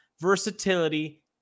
versatility